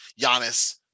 Giannis